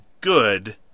good